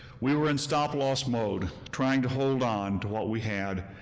we were in stop-loss mode, trying to hold on to what we had.